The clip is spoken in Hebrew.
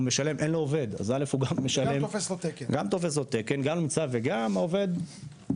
העובד תופס לו תקן וגם אין לו עובד.